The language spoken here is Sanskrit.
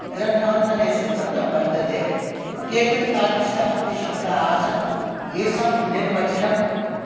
ग्रन्थान्तरेषु कृतं वर्तते केचन तादृशाःअपि शब्दाः आसन् येषां निर्वचनम्